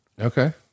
Okay